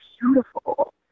beautiful